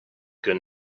good